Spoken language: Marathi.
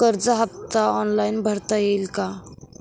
कर्ज हफ्ता ऑनलाईन भरता येईल का?